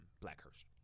Blackhurst